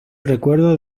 recuerdo